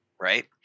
right